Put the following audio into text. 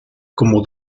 como